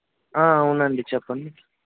అవునండి చెప్పండి